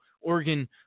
Oregon